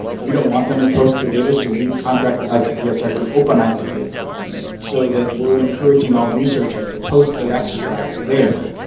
we don't want them to post their data, so we've contract with icpsr through openicpsr so that we're encouraging all researchers to post their extracts there.